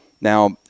Now